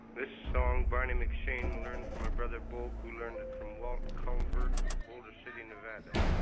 this song barney mcshane learned from my brother bo who learned it from walt convert from boulder city, nevada.